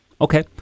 Okay